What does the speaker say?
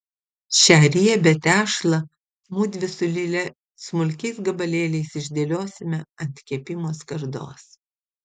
šią riebią tešlą mudvi su lile smulkiais gabalėliais išdėliosime ant kepimo skardos